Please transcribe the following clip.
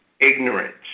ignorance